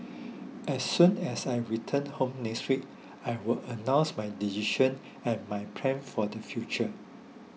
as soon as I return home next week I will announce my decision and my plans for the future